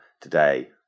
today